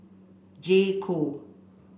j co